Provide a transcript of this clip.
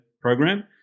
program